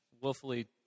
Willfully